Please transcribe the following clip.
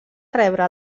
rebre